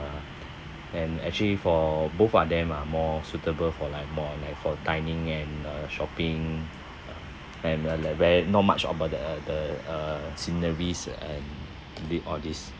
and actually for both are them are more suitable for like more on like for dining and uh shopping uh and uh li~ wh~ not much about uh the uh sceneries and d~ all this